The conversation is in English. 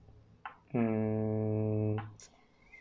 um